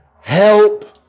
help